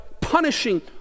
punishing